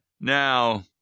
Now